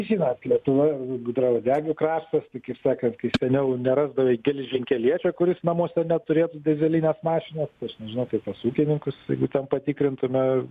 žinot lietuvoj gudrauodegių kraštas tai kaip sakant kai seniau nerasdavai geležinkeliečio kuris namuose neturėtų dyzelinės mašinos ir aš nežinau kiek pas ūkininkus ten patikrintume